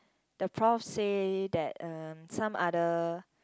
the prof say that um some other